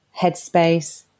Headspace